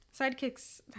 Sidekicks